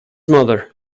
mother